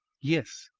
yes,